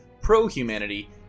pro-humanity